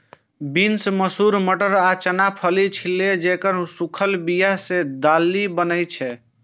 beans, मसूर, मटर आ चना फली छियै, जेकर सूखल बिया सं दालि बनै छै